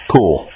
Cool